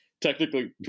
Technically